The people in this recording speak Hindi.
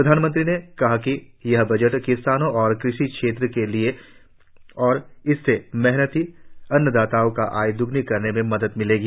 प्रधानमंत्री ने कहा कि यह बजट किसानों और कृषि क्षेत्र के लिए है और इससे मेहनती अन्नदाताओं की आय दोग्ना करने में मदद मिलेगी